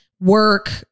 work